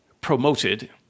promoted